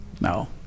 No